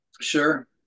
Sure